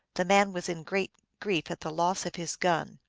the man was in great grief at the loss of his gun.